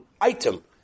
item